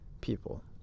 people